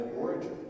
origin